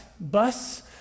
bus